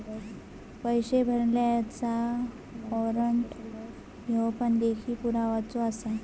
पैशे भरलल्याचा वाॅरंट ह्यो पण लेखी पुरावोच आसा